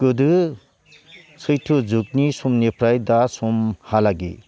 गोदो सैथो जुगनि समनिफ्राय दा सम हालागि